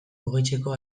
mugitzeko